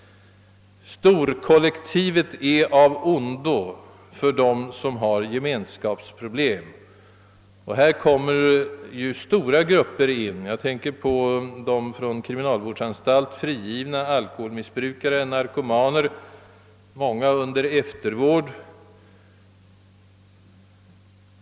Storkollektivet är i varje fall av ondo för dem som har gemenskapsproblem. Och här kommer ju stora specialgrupper in i bilden — jag tänker på de från kriminalvårdsanstalt frigivna, alkoholmissbrukare, narkomaner, många under eftervård.